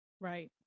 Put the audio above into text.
Right